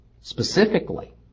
specifically